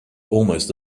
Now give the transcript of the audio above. almost